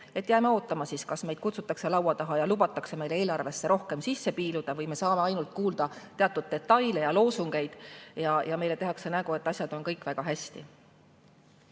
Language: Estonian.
Jääme ootama, kas meid kutsutakse laua taha ja lubatakse meil eelarvesse rohkem sisse piiluda või me saame kuulda ainult teatud detaile ja loosungeid ja meile tehakse nägu, et asjad on kõik väga hästi.